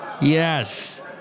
Yes